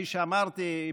כפי שאמרתי,